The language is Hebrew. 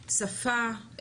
שפה,